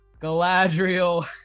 Galadriel